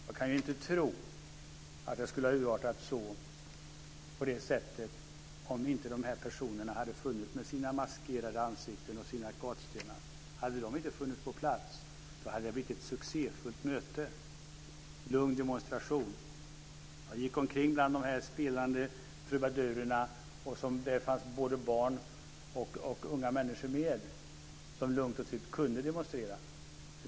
Jag kan inte tro att det skulle ha urartat på det sättet om inte dessa personer hade funnits med sina maskerade ansikten och sina gatstenar. Om de inte hade funnits på plats hade det blivit ett succéfullt möte, en lugn demonstration. Jag gick omkring bland de spelande trubadurerna. Och det fanns både barn och unga människor med som lugnt och tryggt kunde demonstrera.